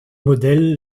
modèle